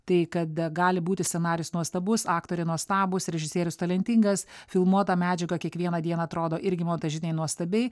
tai kad gali būti scenarijus nuostabus aktoriai nuostabūs režisierius talentingas filmuota medžiaga kiekvieną dieną atrodo irgi montažinėj nuostabiai